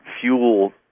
fuel